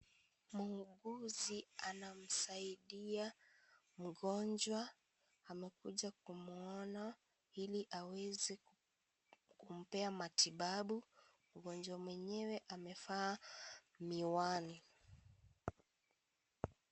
Muuguzi anasaidia mgonjwa amekuja kumwona ili aweze kumpea matibabu mgonjwa mwenyewe amevaa miwani.